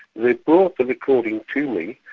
they brought the recording to me,